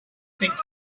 think